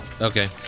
Okay